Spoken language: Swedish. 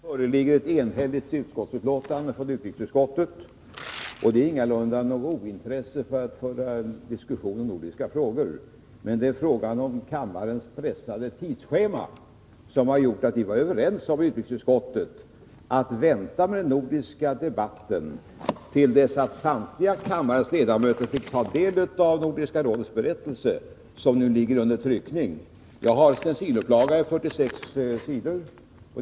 Herr talman! Här föreligger ett enhälligt utskottsbetänkande från utrikesutskottet. Det är ingalunda fråga om något ointresse för att föra en diskussion i nordiska frågor. Men det var kammarens pressade tidsschema som gjorde att vi i utrikesutskottet var överens om att vänta med den nordiska debatten till dess att samtliga kammarens ledamöter fått ta del av Nordiska rådets berättelse, som nu är under tryckning. Jag har en stencilupplaga på 46 sidor.